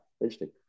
Interesting